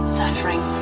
suffering